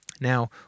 Now